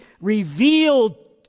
revealed